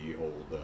old